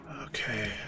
Okay